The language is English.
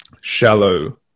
shallow